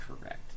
correct